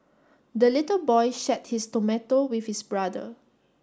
the little boy shared his tomato with his brother